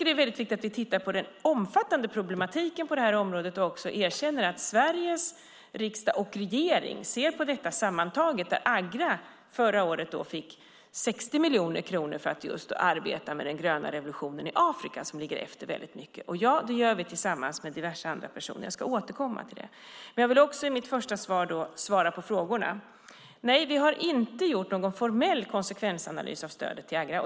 Det är viktigt att vi tittar på den omfattande problematiken på det här området och erkänner att Sveriges riksdag och regering ser på detta sammantaget. Agra fick förra året 60 miljoner kronor för att arbeta med den gröna revolutionen i Afrika, som ligger efter väldigt mycket. Det gör vi tillsammans med diverse andra personer. Jag ska återkomma till det. Jag vill också svara på frågorna. Nej, vi har inte gjort någon formell konsekvensanalys av stödet till Agra.